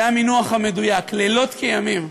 זה המינוח המדויק: לילות כימים,